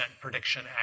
prediction